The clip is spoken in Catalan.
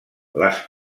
les